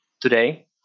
today